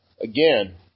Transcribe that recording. Again